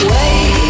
Wait